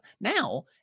Now